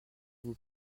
vous